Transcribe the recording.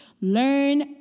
Learn